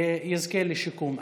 יזכה לשיקום.